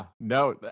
no